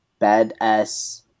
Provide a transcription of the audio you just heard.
badass